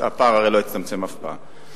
הרי הפער לא יצטמצם אף פעם.